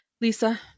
Lisa